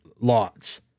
lots